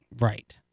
Right